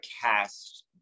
cast